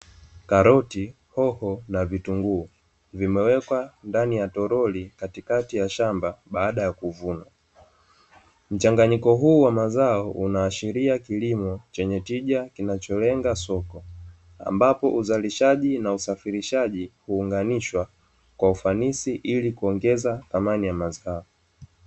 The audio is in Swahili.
Karoti hoho na vitunguu vimewekwa ndani ya toroli katikati ya shamba baada ya mchanganyiko huu wa mazao unaashiria kilimo chenye tija kinacholenga sofa ambapo uzalishaji na usafirishaji kuunganishwa kwa ufanisi ili kuongeza thamani ya mazao.